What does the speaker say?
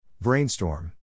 brainstorm